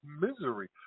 misery